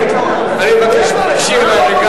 אני מבקש שתיגשי אלי.